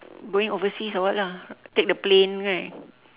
going overseas or what lah take the plane right